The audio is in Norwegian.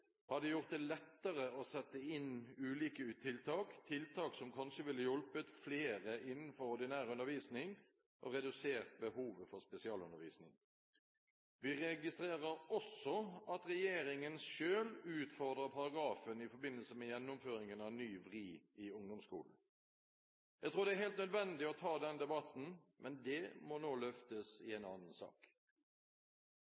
gjort det lettere å sette inn ulike tiltak, tiltak som kanskje ville hjulpet flere innenfor ordinær undervisning, og redusert behovet for spesialundervisning. Vi registrerer også at regjeringen selv utfordrer paragrafen i forbindelse med gjennomføringen av Ny VRI i ungdomsskolen. Jeg tror det er helt nødvendig å ta den debatten, men det må nå løftes i en